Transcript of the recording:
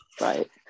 right